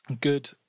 good